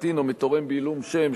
מקטין או מתורם בעילום שם,